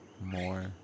more